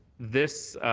this